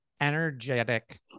energetic